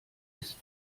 ist